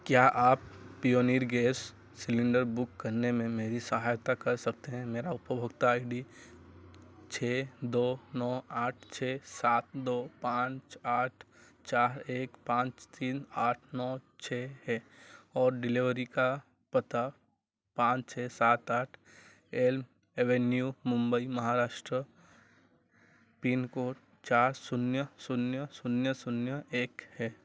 क्या आप Pioneer gas cylinder book करने में मेरी सहायता कर सकते हैं मेरा उपभोक्ता आई डी छः दो नौ आठ छः सात दो पाँच आठ चार एक पाँच तीन आठ नौ छः है और डिलेवरी का पता पाँच छः सात आठ Elm Avenue Mumbai Maharashtra pin code चार शून्य शून्य शून्य शून्य एक है